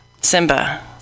Simba